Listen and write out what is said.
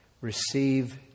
receive